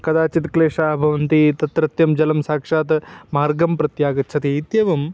कदाचित् क्लेशः भवति तत्रत्यं जलं साक्षात् मार्गं प्रत्यागच्छति इत्येवम्